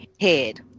head